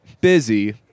busy